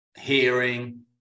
hearing